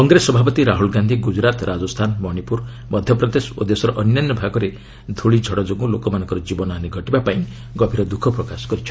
କଂଗ୍ରେସ ସଭାପତି ରାହ୍ରଲ ଗାନ୍ଧି ଗ୍ରଜରାତ ରାଜସ୍ଥାନ ମଣିପୁର ମଧ୍ୟପ୍ରଦେଶ ଓ ଦେଶର ଅନ୍ୟାନ୍ୟ ଭାଗରେ ଧୂଳିଝଡ଼ ଯୋଗୁଁ ଲୋକମାନଙ୍କର ଜୀବନହାନୀ ଘଟିବା ପାଇଁ ଗଭୀର ଦୁଃଖ ପ୍ରକାଶ କରିଛନ୍ତି